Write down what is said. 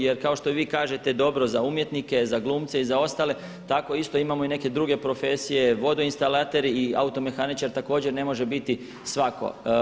Jer kao što i vi kažete dobro za umjetnike, za glumce i za ostale tako isto imamo i neke druge profesije vodoinstalater, automehaničar također ne može biti svatko.